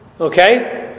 Okay